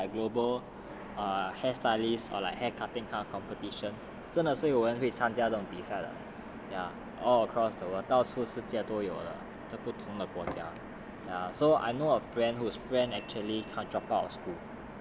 you know there's like global err hairstylist err like hair cutting competitions 真的是有人会参加这种比赛 ya all across the world 到处是借多有了不同的国家 ya so I know a friend whose friend actually drop dropouts of school